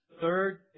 Third